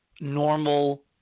normal